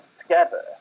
together